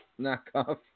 knockoff